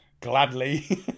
gladly